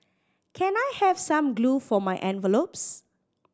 can I have some glue for my envelopes